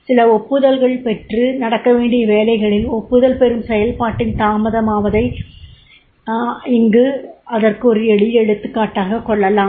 சில ஒப்புதல் பெற்று நடக்கவேண்டிய வேலைகளில் ஒப்புதல் பெறும் செயல்பாட்டின் தாமதமாவதை இங்கு அதற்கு ஒரு எளிய எடுத்துக்காட்டாகக் கொள்ளலாம்